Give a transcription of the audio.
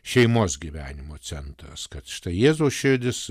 šeimos gyvenimo centras kad štai jėzaus širdis